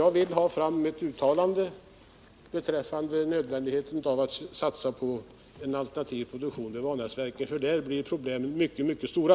Jag vill ha ett uttalande beträffande nödvändigheten av en satsning på alternativ produktion vid Vanäsverken, där problemen kommer att bli mycket stora.